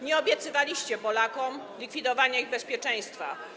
Nie obiecywaliście Polakom likwidowania ich bezpieczeństwa.